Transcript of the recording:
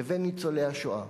לבין ניצולי השואה?